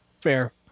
Fair